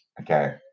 Okay